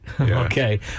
Okay